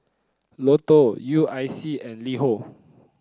Lotto U I C and LiHo